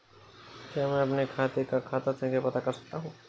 क्या मैं अपने खाते का खाता संख्या पता कर सकता हूँ?